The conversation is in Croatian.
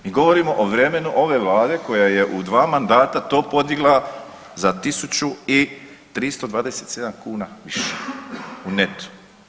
Mi govorimo o vremenu ove vlade koja je u dva mandata to podigla za 1.327 kuna u netu.